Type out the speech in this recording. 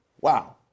Wow